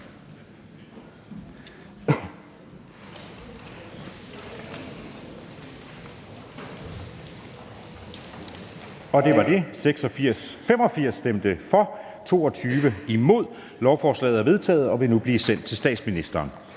hverken for eller imod stemte 0. Lovforslaget er vedtaget og vil blive sendt til statsministeren.